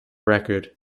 record